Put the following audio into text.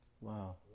Wow